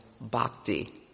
bhakti